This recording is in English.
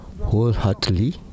wholeheartedly